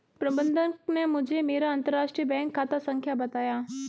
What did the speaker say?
प्रबन्धक ने मुझें मेरा अंतरराष्ट्रीय बैंक खाता संख्या बताया